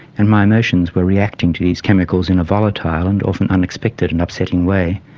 and my emotions were reacting to these chemicals in a volatile and often unexpected and upsetting way.